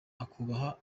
akubaha